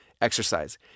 Exercise